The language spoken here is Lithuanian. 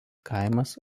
kaimas